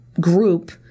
group